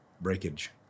breakage